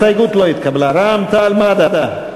רע"ם-תע"ל-מד"ע?